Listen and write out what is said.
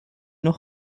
noch